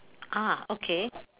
ah okay